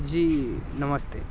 जी नमस्ते